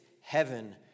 heaven